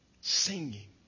Singing